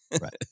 right